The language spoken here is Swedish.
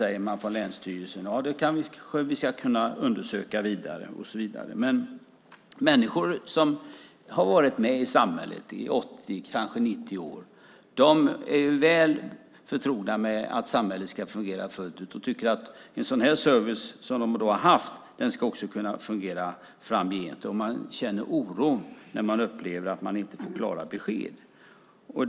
Det kanske vi ska undersöka vidare - och så vidare. Människor som har varit med i samhället i 80, kanske 90 år är vana att samhället ska fungera fullt ut. En sådan här service, som de har haft, tycker de ska fungera också framgent. Man känner oro när man upplever att man inte får klara besked.